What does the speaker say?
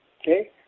okay